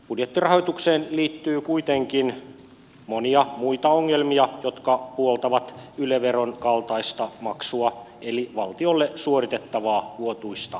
budjettirahoitukseen liittyy kuitenkin monia muita ongelmia jotka puoltavat yle veron kaltaista maksua eli valtiolle suoritettavaa vuotuista veroa